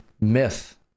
Myth